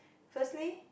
firstly